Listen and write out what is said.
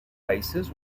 bases